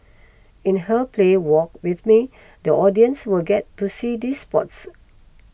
in her play Walk with Me the audience will get to see these spots